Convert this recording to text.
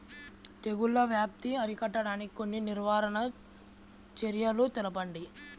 తెగుళ్ల వ్యాప్తి అరికట్టడానికి కొన్ని నివారణ చర్యలు తెలుపండి?